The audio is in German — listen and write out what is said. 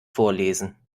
vorlesen